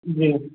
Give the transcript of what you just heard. जी